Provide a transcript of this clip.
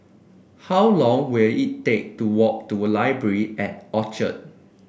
how long will it take to walk to Library at Orchard